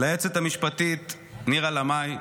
ליועצת המשפטית נירה לאמעי,